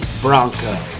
bronco